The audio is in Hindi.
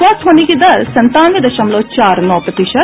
स्वस्थ होने की दर संतानवे दशमलव चार नौ प्रतिशत